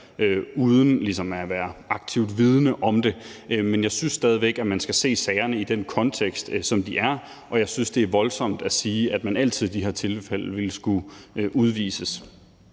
at være aktivt vidende om det. Men jeg synes stadig væk, at man skal se sagerne i den kontekst, de er i, og jeg synes, det er voldsomt at sige, at man altid i de her tilfælde ville skulle udvises.